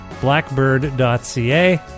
blackbird.ca